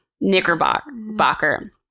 knickerbocker